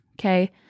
okay